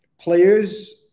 players